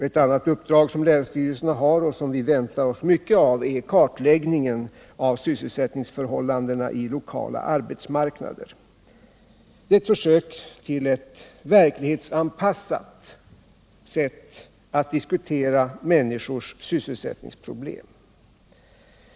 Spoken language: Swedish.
Ett annat uppdrag som länsstyrelserna har och som vi väntar oss mycket av är kartläggningen av sysselsättningsförhållandena i lokala arbetsmarknader. Det är ett försök till ett verklighetsanpassat sätt att diskutera människors sysselsättningsproblem.